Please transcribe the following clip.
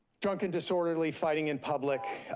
drunk and disorderly, fighting in public.